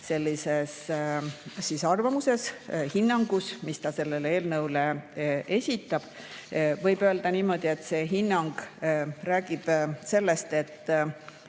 viitab oma arvamuses-hinnangus, mis ta selle eelnõu kohta esitas, võib öelda niimoodi, et see hinnang räägib sellest, et